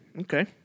Okay